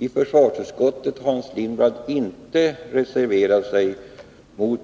I försvarsutskottet har Hans Lindblad inte reserverat sig mot